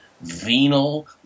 venal